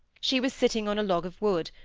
she was sitting on a log of wood,